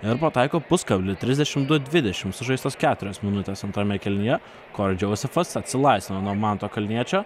ir pataiko puskablį trisdešimt du dvidešimt sužaistos keturios minutės antrame kėlinyje kori džeusefas atsilaisvina nuo manto kalniečio